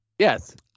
Yes